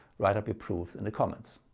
write up your proofs in the comments.